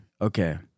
Okay